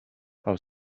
how